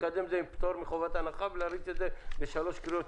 אנחנו צריכים לקדם את זה עם פטור מחובת הנחה ולהריץ את זה בשלוש קריאות.